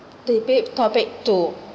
debate topic two